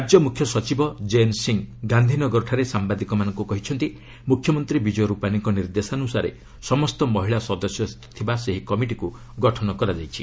ରାଜ୍ୟ ମୁଖ୍ୟସଚିବ କେଏନ୍ସିଂହ ଗାନ୍ଧୀନଗରଠାରେ ସାମ୍ଭାଦିକମାନଙ୍କୁ କହିଛନ୍ତି ମୁଖ୍ୟମନ୍ତ୍ରୀ ବିଜୟ ରୂପାନୀଙ୍କ ନିର୍ଦ୍ଦେଶାନୁସାରେ ସମସ୍ତ ମହିଳା ସଦସ୍ୟଥିବା ଏହି କମିଟିକୁ ଗଠନ କରାଯାଇଛି